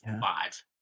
five